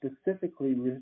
specifically